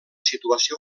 situació